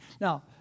Now